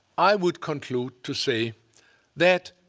i would conclude to say that